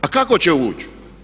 A kako će ući?